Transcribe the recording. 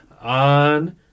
on